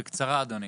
בקצרה, אדוני.